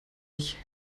ich